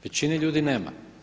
Većini ljudi nema.